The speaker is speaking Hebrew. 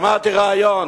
שמעתי רעיון,